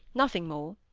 nothing more.